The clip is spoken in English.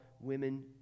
women